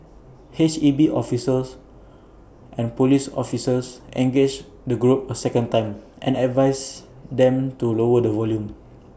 H E B officials and Police officers engaged the group A second time and advised them to lower the volume